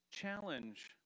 challenge